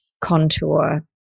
contour